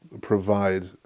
provide